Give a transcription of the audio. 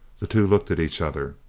the two looked at each other.